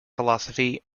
philosophy